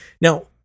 Now